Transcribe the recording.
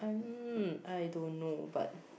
hmm I don't know but